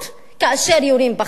כאשר יורים בחתונות.